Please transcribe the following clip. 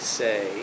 say